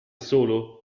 solo